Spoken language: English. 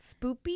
Spoopy